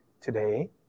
today